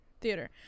theater